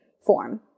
form